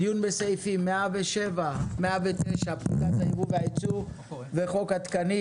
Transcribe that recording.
דיון בסעיפים 107-109 פקודת היבוא והיצוא וחוק ההתקנים.